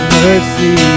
mercy